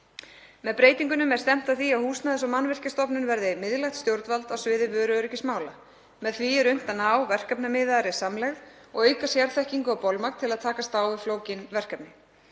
Með breytingunum er stefnt að því að Húsnæðis- og mannvirkjastofnun verði miðlægt stjórnvald á sviði vöruöryggismála. Með því er unnt að ná verkefnamiðaðri samlegð og auka sérþekkingu og bolmagn til að takast á við flókin verkefni.